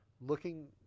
looking